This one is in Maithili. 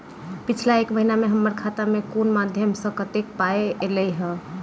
पिछला एक महीना मे हम्मर खाता मे कुन मध्यमे सऽ कत्तेक पाई ऐलई ह?